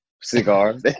Cigars